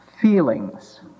feelings